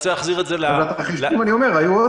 אני רוצה להחזיר את זה -- אני אומר עוד